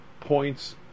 points